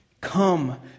Come